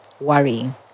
worrying